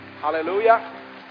Hallelujah